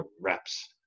reps